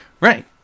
Right